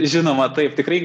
žinoma taip tikrai